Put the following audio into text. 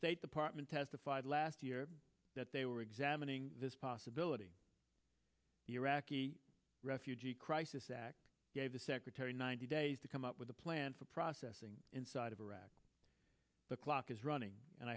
state department testified last year that they were examining this possibility the iraqi refugee crisis act gave the secretary ninety days to come up with a and for processing inside of iraq the clock is running and